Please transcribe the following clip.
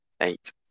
eight